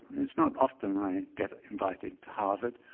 it's not often i get invited to harvard.